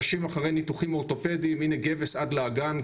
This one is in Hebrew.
אנשים אחרי ניתוחים אורתופדיים, הנה גבס עד לאגן.